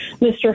Mr